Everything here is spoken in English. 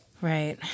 Right